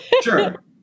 Sure